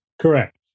Correct